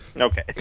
Okay